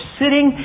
sitting